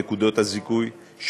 נקודות הזיכוי,